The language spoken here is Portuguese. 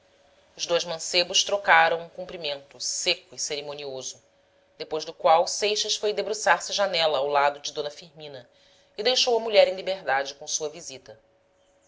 os dois mancebos trocaram um cumprimento seco e cerimonioso depois do qual seixas foi debruçar-se à janela ao lado de d firmina e deixou a mulher em liberdade com sua visita